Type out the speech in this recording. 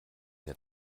der